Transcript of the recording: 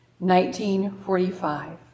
1945